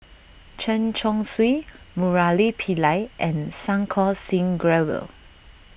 Chen Chong Swee Murali Pillai and Santokh Singh Grewal